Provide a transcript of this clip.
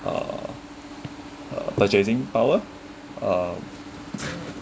uh uh purchasing power um